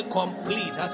complete